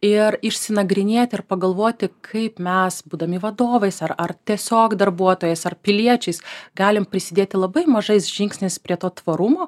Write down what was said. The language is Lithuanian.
ir išsinagrinėti ir pagalvoti kaip mes būdami vadovais ar tiesiog darbuotojais ar piliečiais galim prisidėti labai mažais žingsniais prie to tvarumo